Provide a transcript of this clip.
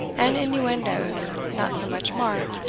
and inuendos, not so much marked,